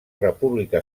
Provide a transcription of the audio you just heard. república